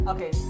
Okay